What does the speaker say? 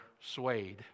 swayed